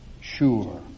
sure